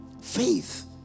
faith